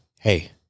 Hey